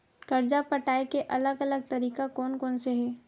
कर्जा पटाये के अलग अलग तरीका कोन कोन से हे?